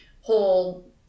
whole